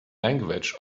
language